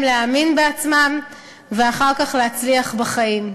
להאמין בעצמם ואחר כך להצליח בחיים.